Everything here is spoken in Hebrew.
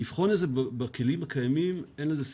לבחון את זה בכלים הקיימים, אין לזה סיכוי.